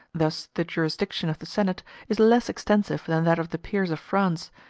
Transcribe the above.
thus the jurisdiction of the senate is less extensive than that of the peers of france,